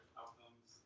outcomes